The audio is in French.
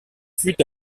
fut